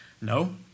No